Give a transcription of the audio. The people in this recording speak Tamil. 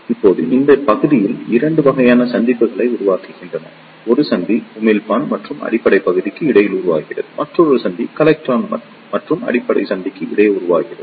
இப்போது இந்த பகுதிகள் 2 வகையான சந்திப்புகளை உருவாக்குகின்றன ஒரு சந்தி உமிழ்ப்பான் மற்றும் அடிப்படை பகுதிக்கு இடையில் உருவாகிறது மற்றொரு சந்தி கலெக்டர் மற்றும் அடிப்படை பகுதிக்கு இடையே உருவாகிறது